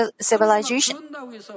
civilization